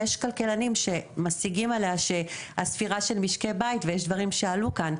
יש כלכלנים שמשיגים עליה לגבי הספירה של משקי בית ויש דברים שעלו כאן,